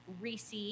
Reese